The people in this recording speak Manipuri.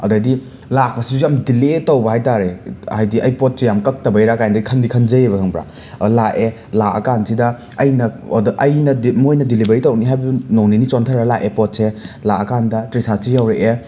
ꯑꯗꯩꯗꯤ ꯂꯥꯛꯄꯁꯨ ꯌꯥꯝ ꯗꯤꯂꯦ ꯇꯧꯕ ꯍꯥꯏꯇꯔꯦ ꯍꯥꯏꯗꯤ ꯑꯩ ꯄꯣꯠꯁꯦ ꯌꯥꯝ ꯀꯛꯇꯕꯩꯔꯥ ꯀꯥꯏꯅꯗꯤ ꯈꯟꯗꯤ ꯈꯟꯖꯩꯑꯕ ꯈꯪꯕ꯭ꯔꯥ ꯑꯗꯣ ꯂꯥꯛꯑꯦ ꯂꯥꯛꯑꯀꯥꯟꯁꯤꯗ ꯑꯩꯅ ꯑꯣꯗꯔ ꯑꯩꯅꯗꯤ ꯃꯣꯏꯅ ꯗꯤꯂꯤꯚꯔꯤ ꯇꯧꯔꯛꯅꯤ ꯍꯥꯏꯕꯗꯨ ꯅꯣꯡꯅꯤꯅꯤ ꯆꯣꯟꯊꯔ ꯂꯥꯛꯑꯦ ꯄꯣꯠꯁꯦ ꯂꯥꯛꯑ ꯀꯥꯟꯗ ꯇ꯭ꯔꯤꯁꯥꯠꯁꯤ ꯌꯧꯔꯛꯑꯦ